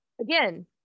Again